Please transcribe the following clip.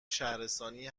شهرستانی